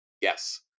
Yes